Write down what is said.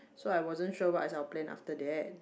so I wasn't sure what is our plan after that